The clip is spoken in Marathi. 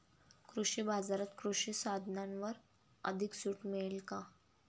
कृषी बाजारात कृषी साधनांवर अधिक सूट मिळेल का?